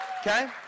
okay